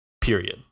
Period